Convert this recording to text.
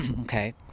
Okay